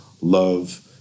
love